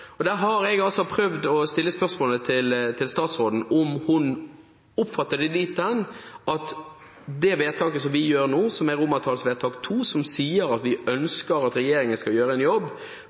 Der har jeg altså prøvd å stille spørsmålet til statsråden om hun oppfatter det dit hen at det vedtaket som vi fatter nå – romertallsvedtak II – om at vi ønsker at regjeringen skal gjøre en jobb